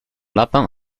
lapin